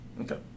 Okay